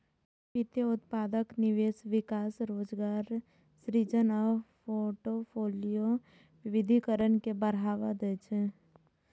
ई वित्तीय उत्पादक निवेश, विकास, रोजगार सृजन आ फोर्टफोलियो विविधीकरण के बढ़ावा दै छै